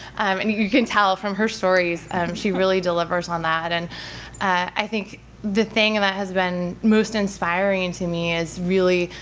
and you can tell from her stories she really delivers on that. and i think the thing and that has been most inspiring to me is really,